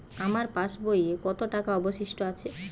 আমার পাশ বইয়ে কতো টাকা অবশিষ্ট আছে?